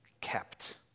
kept